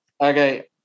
Okay